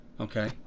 Okay